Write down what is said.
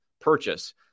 purchase